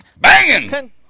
Banging